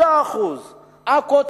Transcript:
9%; עכו,